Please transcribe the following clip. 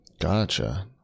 gotcha